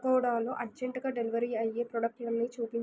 నకోడాలో అర్జెంట్గా డెలివరీ అయ్యే ప్రాడక్ట్లు అన్నీ చూపించు